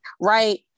right